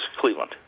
Cleveland